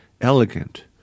elegant